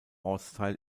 ortsteil